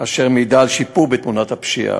אשר מעידה על שיפור בתמונת הפשיעה.